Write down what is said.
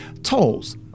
Tolls